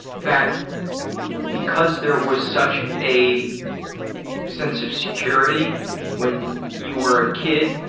that because there was such a sense of security when you were a kid,